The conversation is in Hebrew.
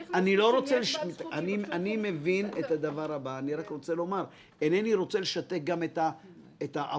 אני אומר את זה באופן חד משמעי.